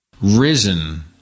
risen